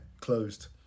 closed